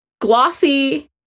glossy